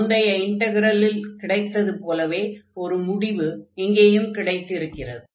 முந்தைய இன்டக்ரலில் கிடைத்தது போலவே ஒரு முடிவு இங்கேயும் கிடைத்திருக்கிறது